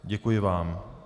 Děkuji vám.